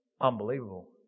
Unbelievable